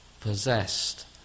possessed